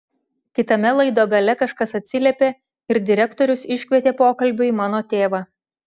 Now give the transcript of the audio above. kitame laido gale kažkas atsiliepė ir direktorius iškvietė pokalbiui mano tėvą